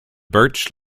birch